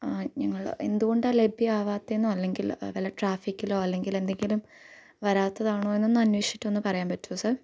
ഞങ്ങൾ എന്ത് കൊണ്ടാണ് ലഭ്യ ആകാത്തത് എന്നോ അല്ലെങ്കില് വല്ല ട്രാഫിക്കിലോ അല്ലെങ്കിലെന്തെങ്കിലും വരാത്തതാണോ എന്നൊന്നന്വേഷിച്ചിട്ടൊന്ന് പറയാന് പറ്റുമോ സര്